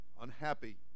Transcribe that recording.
unhappy